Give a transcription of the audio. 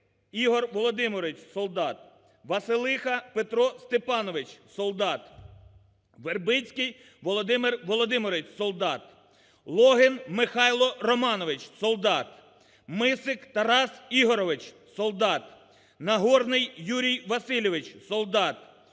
Ігор Володимирович – солдат; Василиха Петро Степанович – солдат; Вербицький Володимир Володимирович – солдат; Логин Михайло Романович – солдат; Мисик Тарас Ігорович – солдат; Нагорний Юрій Васильович – солдат;